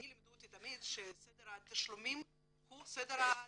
אותי תמיד לימדו שסדר התשלומים הוא סדר התעדופים.